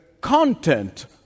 content—